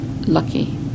lucky